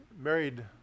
married